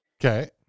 Okay